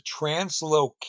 translocate